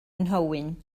nhywyn